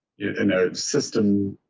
in a system